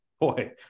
boy